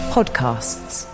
Podcasts